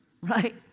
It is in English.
Right